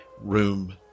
room